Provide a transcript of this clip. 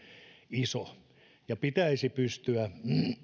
iso ja pitäisi pystyä